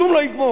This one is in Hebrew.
כלום לא יגמור.